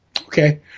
Okay